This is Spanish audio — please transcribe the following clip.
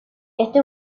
esto